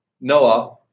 Noah